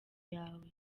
yawe